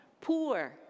poor